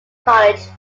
college